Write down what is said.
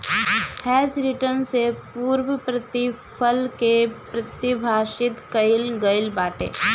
hedge return से पूर्णप्रतिफल के पारिभाषित कईल गईल बाटे